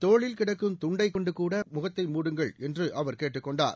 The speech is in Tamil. தோளில் கிடக்கும் துண்டை கொண்டுகூட முகத்தை மூடுங்கள் என்றும் அவர் கேட்டுக் கொண்டார்